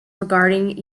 regarding